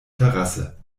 terrasse